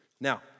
Now